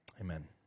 amen